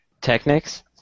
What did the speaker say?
Technics